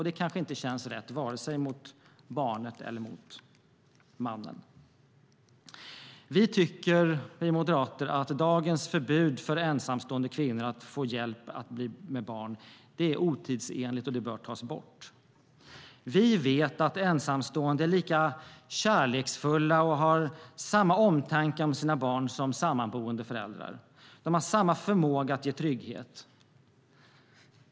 Det kanske inte känns rätt, vare sig mot barnet eller mot mannen. Vi moderater tycker att dagens förbud för ensamstående kvinnor att få hjälp att bli med barn är otidsenligt och bör tas bort. Vi vet att ensamstående är lika kärleksfulla och har samma omtanke om sina barn som sammanboende föräldrar. De har samma förmåga att ge trygghet.